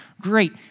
Great